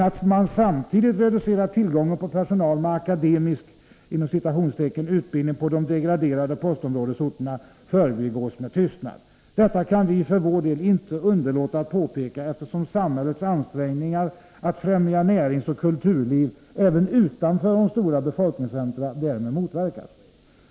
Att man samtidigt reducerar tillgången på personal med ”akademisk” utbildning på de degraderade postområdesorterna förbigås emellertid med tystnad. Detta kan vi inte underlåta att påpeka, eftersom samhällets ansträngningar att främja näringsoch kulturliv även utanför de stora befolkningscentra därmed motverkas.